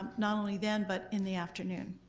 um not only then but in the afternoon,